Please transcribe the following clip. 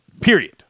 Period